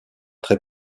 très